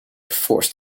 forced